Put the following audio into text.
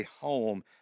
home